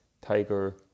Tiger